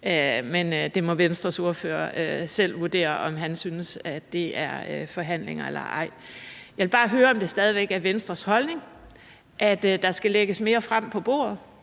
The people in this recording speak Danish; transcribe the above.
Men det må Venstres ordfører selv vurdere om han synes er forhandlinger eller ej. Jeg vil bare høre, om det stadig væk er Venstres holdning, at der skal lægges mere frem på bordet.